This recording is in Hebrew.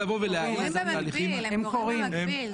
הם קורים במקביל.